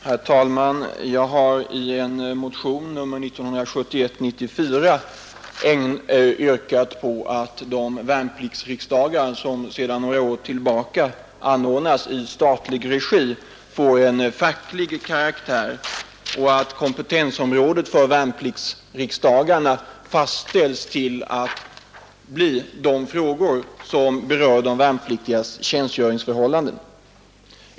Herr talman! Jag har i motionen 94 yrkat att de värnpliktsriksdagar, som sedan några år tillbaka anordnas i statlig regi, skall få en facklig karaktär och att kompetensområdet för värnpliktsriksdagarna fastställs att omfatta de frågor som rör de värnpliktigas tjänstgöringsförhållanden.